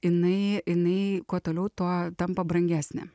jinai jinai kuo toliau tuo tampa brangesnė